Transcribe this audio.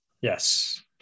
Yes